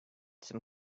some